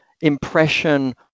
impression